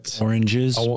Oranges